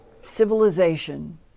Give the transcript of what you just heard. civilization